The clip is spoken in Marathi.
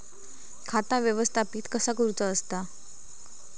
खाता व्यवस्थापित कसा करुचा असता?